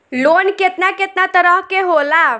Loan केतना केतना तरह के होला?